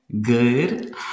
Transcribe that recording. Good